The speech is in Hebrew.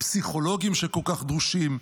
פסיכולוגים שכל כך דרושים,